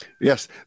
Yes